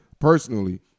personally